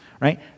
right